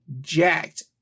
jacked